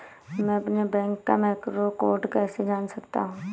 मैं अपने बैंक का मैक्रो कोड कैसे जान सकता हूँ?